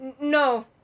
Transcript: No